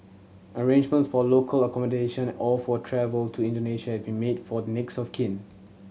arrangements for local accommodation or for travel to Indonesia have been made for the next of kin